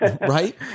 Right